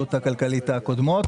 ההתייעלות הקודמות,